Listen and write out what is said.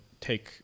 take